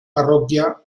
parroquia